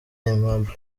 aimable